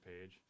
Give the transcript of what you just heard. page